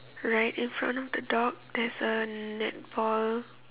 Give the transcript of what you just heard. right in front of the dog there's a netball